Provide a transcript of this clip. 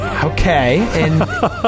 Okay